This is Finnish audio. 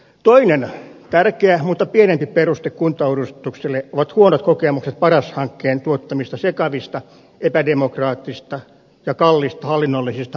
toinen tärkeä mutta pienempi peruste kuntauudistukselle ovat huonot kokemukset paras hankkeen tuottamista sekavista epädemokraattisista ja kalliista hallinnollisista pakkohimmeleistä